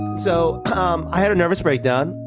so um i had a nervous breakdown,